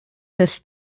des